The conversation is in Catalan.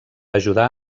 ajudar